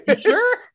sure